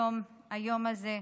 היום הזה.